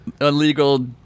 Illegal